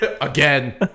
Again